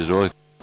Izvolite.